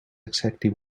exactly